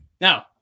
Now